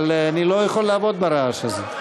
אבל אני לא יכול לעבוד ברעש הזה.